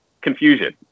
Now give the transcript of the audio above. confusion